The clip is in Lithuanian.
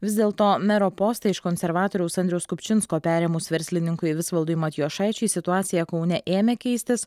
vis dėlto mero postą iš konservatoriaus andriaus kupčinsko perėmus verslininkui visvaldui matijošaičiui situacija kaune ėmė keistis